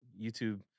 YouTube